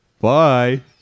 Bye